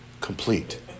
complete